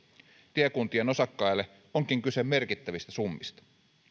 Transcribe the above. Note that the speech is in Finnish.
tiekuntien osakkaille onkin kyse merkittävistä summista